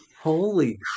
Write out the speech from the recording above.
holy